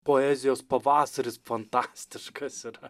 poezijos pavasaris fantastiškas yra